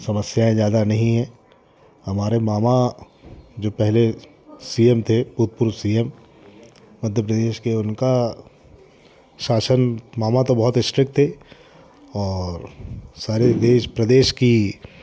समस्याएँ ज़्यादा नहीं हैं हमारे मामा जो पहले सी एम थे भूतपूर्व सी एम मध्य प्रदेश के उनका शासन मामा तो बहुत इस्ट्रिक्ट थे और सारे देश प्रदेश की